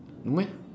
no meh